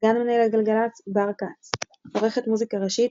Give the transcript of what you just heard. סגן מנהלת גלגלצ - בר כ"ץ עורכת מוזיקה ראשית